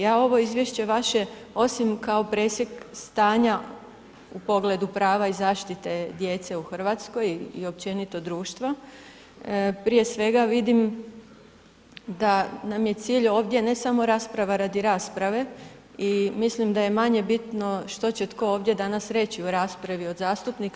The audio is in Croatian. Ja ovo izvješće vaše, osim kao presjek stanja u pogledu prava i zaštite djece u Hrvatskoj i općenito društva, prije svega vidim da nam je cilj ovdje, ne samo rasprava radi rasprave i mislim da je manje bitno što će tko ovdje danas reći u raspravu od zastupnika.